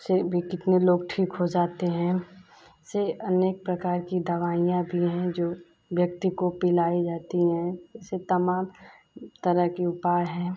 से भी कितने लोग ठीक हो जाते हैं से अनेक प्रकार की दवाइयाँ भी हैं जो व्यक्ति को पिलाई जाती हैं ऐसे तमाम तरह के उपाय हैं